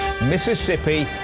Mississippi